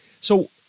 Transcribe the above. So-